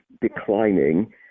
declining